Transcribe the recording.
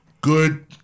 Good